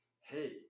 hey